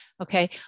Okay